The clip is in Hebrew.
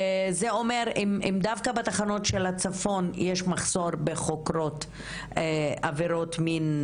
וזה אומר שאם דווקא בתחנות של הצפון יש מחסור בחוקרות עבירות מין,